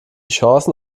chancen